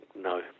No